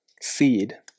seed